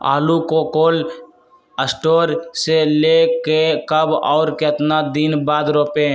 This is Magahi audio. आलु को कोल शटोर से ले के कब और कितना दिन बाद रोपे?